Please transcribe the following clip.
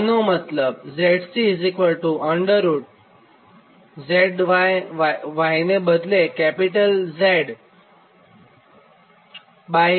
આનો મતલબ ZCz થાય